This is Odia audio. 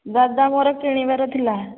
ଦାଦା ମୋର କିଣିବାର ଥିଲା